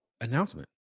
announcement